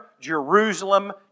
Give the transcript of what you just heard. Jerusalem